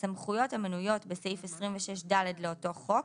הסמכויות המנויות בסעיף 26ד לאותו חוק,